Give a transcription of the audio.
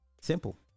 Simple